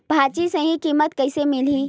भाजी सही कीमत कइसे मिलही?